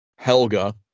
Helga